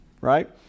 Right